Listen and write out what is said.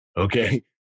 Okay